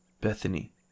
Bethany